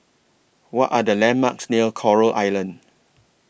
What Are The landmarks near Coral Island